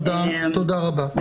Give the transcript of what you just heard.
תודה רבה.